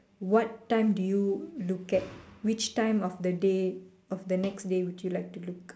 what time do you look at which time of the day of the next day would you like to look